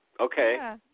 Okay